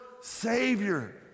Savior